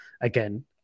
again